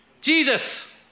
Jesus